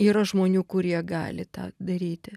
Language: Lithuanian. yra žmonių kurie gali tą daryti